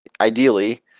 Ideally